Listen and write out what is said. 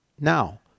Now